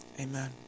amen